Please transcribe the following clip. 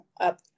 up